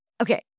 Okay